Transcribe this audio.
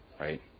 right